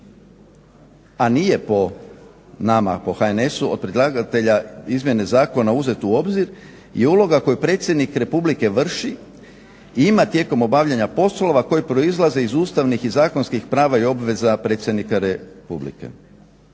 a nije po nama po HNS-u od predlagatelja izmjene zakona uzet u obzir je uloga koju predsjednik Republike vrši i ime tijekom obavljanja poslova koje proizlaze iz ustavnih i zakonskih prava i obveza predsjednika Republike.